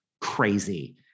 crazy